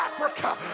Africa